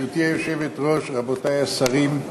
גברתי היושבת-ראש, רבותי השרים,